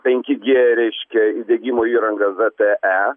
penki g reiškia įdiegimo įrangą zte